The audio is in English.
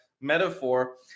metaphor